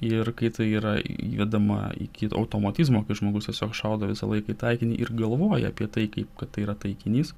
ir kai tai yra judama iki automatizmo kai žmogus tiesiog šaudo visą laiką į taikinį ir galvoja apie tai kaip kad tai yra taikinys